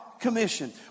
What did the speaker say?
commission